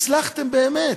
הצלחתם באמת.